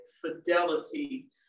fidelity